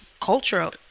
cultural